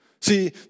See